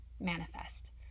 manifest